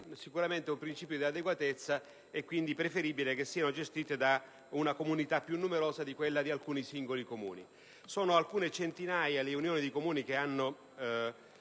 riconosciuto un principio di adeguatezza per cui è preferibile che vengano gestiti da una comunità più numerosa di quella composta da alcuni singoli Comuni. Sono alcune centinaia le unioni di Comuni che hanno